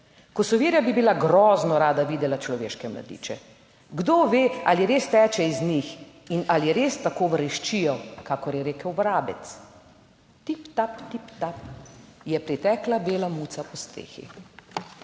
Kosovirja bi bila grozno rada videla človeške mladiče. Kdo ve, ali res teče iz njih in ali res tako vreščijo, kakor je rekel Vrabec. Tip, tip, ta je pritekla, bela muca, po strehi."